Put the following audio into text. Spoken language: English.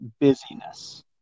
busyness